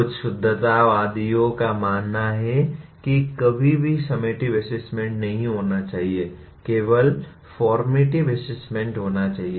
कुछ शुद्धतावादियों का मानना है कि कभी भी समेटिव असेसमेंट नहीं होना चाहिए केवल फॉर्मेटिव असेसमेंट होना चाहिए